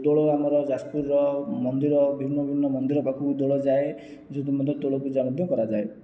ଦୋଳ ଆମର ଯାଜପୁରର ମନ୍ଦିର ଭିନ୍ନ ଭିନ୍ନ ମନ୍ଦିର ପାଖକୁ ଦୋଳ ଯାଏ ଯେଉଁଠି ମଧ୍ୟ ଦୋଳ ପୂଜା ମଧ୍ୟ କରାଯାଏ